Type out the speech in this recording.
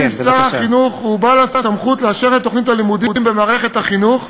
שלפיו שר החינוך הוא בעל הסמכות לאשר את תוכנית הלימודים במערכת החינוך,